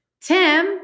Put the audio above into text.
Tim